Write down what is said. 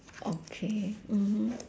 okay mmhmm